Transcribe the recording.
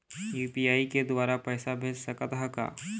UPI के द्वारा पैसा भेज सकत ह का?